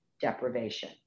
deprivation